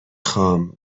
خوام